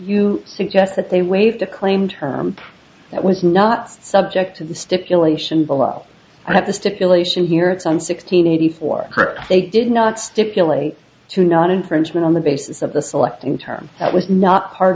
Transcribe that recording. you suggest that they waive the claim term that was not subject to the stipulation below i have the stipulation here it's on sixteen eighty four they did not stipulate to not infringement on the basis of the selecting term that was not part